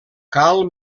cal